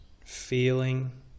feeling